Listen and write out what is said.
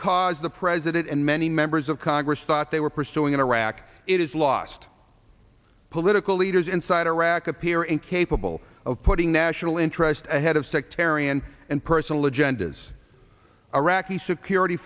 cause the president and many members of congress thought they were pursuing in iraq it is lost political leaders inside iraq appear incapable of putting national interests ahead of sectarian and personal agendas iraqi security